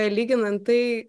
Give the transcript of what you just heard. lyginant tai